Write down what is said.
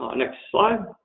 ah next slide.